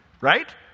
right